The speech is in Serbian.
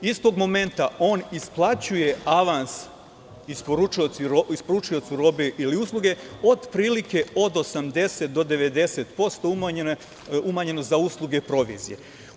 Istog momenta, on isplaćuje avans isporučiocu robe ili usluge, otprilike od 80 do 90% umanjeno za usluge provizije.